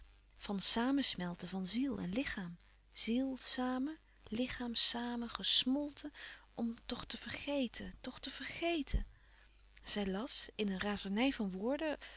van samensmelten van ziel en lichaam ziel samen lichaam samen gesmolten om toch te vergeten toch te vergeten zij las in een razernij van woorden